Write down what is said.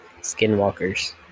skinwalkers